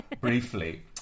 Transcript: briefly